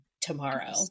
tomorrow